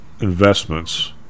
investments